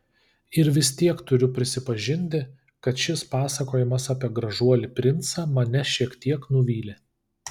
ir vis tiek turiu prisipažinti kad šis pasakojimas apie gražuolį princą mane šiek tiek nuvylė